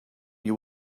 your